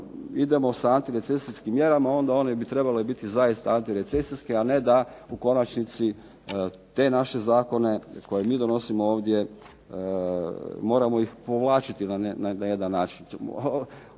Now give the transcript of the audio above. idemo sa antirecesijskim mjerama onda bi one trebale biti zaista antirecesijske a ne da u konačnici te naše Zakone koje mi donosimo ovdje moramo ih povlačiti na jedan način,